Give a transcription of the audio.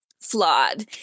flawed